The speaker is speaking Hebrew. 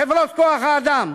חברות כוח-האדם,